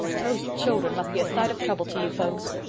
those children must be a sight of trouble to you folks.